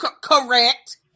correct